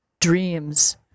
dreams